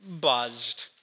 buzzed